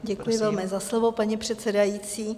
Děkuji velmi za slovo, paní předsedající.